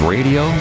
Radio